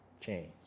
change